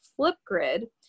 Flipgrid